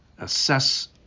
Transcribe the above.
Assess